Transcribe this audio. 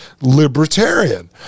libertarian